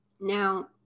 Now